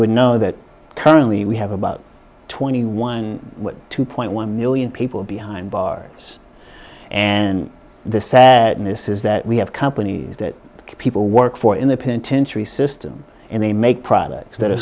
would know that currently we have about twenty one two point one million people behind bars and the sadness is that we have companies that people work for in the pin tenchi system and they make products that are